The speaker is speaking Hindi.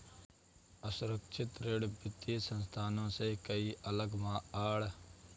असुरक्षित ऋण वित्तीय संस्थानों से कई अलग आड़, मार्केटिंग पैकेज के तहत उपलब्ध हो सकते हैं